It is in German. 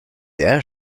der